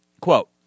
quote